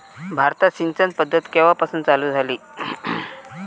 भारतात सिंचन पद्धत केवापासून चालू झाली?